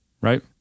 right